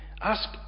ask